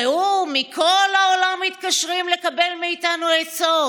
ראו, מכל העולם מתקשרים לקבל מאיתנו עצות.